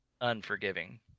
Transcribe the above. unforgiving